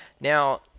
Now